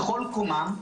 בכל קומה,